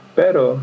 pero